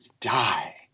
die